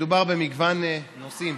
מדובר במגוון נושאים